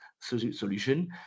solution